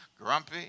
grumpy